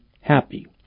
happy